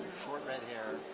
short red hair,